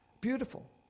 Beautiful